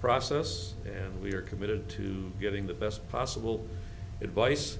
process and we are committed to getting the best possible advice